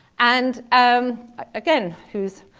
and um again, who's